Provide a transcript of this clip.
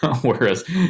whereas